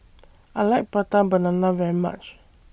I like Prata Banana very much